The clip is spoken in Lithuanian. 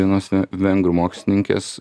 vienose ve vengrų mokslininkės